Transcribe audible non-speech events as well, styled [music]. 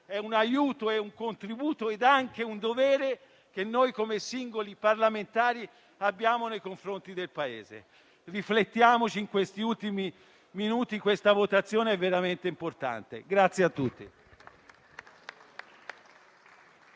è un aiuto, un contributo ed anche un dovere che noi come singoli parlamentari abbiamo nei confronti del Paese. Riflettiamoci in questi ultimi minuti. Questa votazione è veramente importante. [applause]